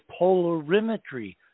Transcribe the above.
polarimetry